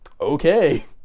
okay